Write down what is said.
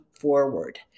forward